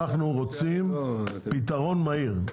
אנחנו רוצים פתרון מהיר,